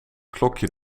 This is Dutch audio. klokje